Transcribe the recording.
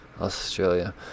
Australia